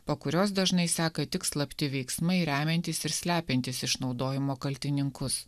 po kurios dažnai seka tik slapti veiksmai remiantys ir slepiantys išnaudojimo kaltininkus